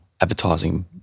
advertising